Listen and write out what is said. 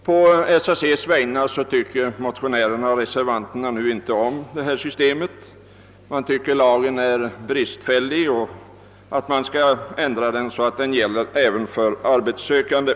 Med tanke på SAC tycker motionärerna och reservanterna inte om det rådande systemet — de anser att lagen är bristfällig och att den bör ändras, så att den kommer att gälla även för arbetssökande.